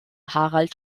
harald